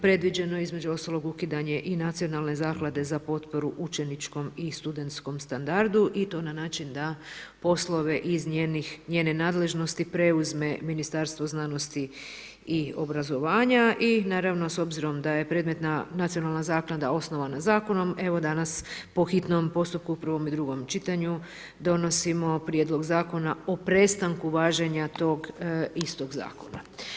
Predviđeno je između ostalog i ukidanje i Nacionalne zaklade za potporu učeničkom i studentskom standardu i to na način da poslove iz njene nadležnosti preuzme Ministarstvo znanosti i obrazovanja i naravno s obzirom da je predmetna Nacionalna zaklada osnovana zakonom, evo danas po hitnom postupku, prvom i drugom čitanju, donosimo Prijedlog zakona o prestanku važenja tog istog zakona.